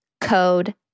code